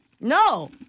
No